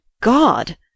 God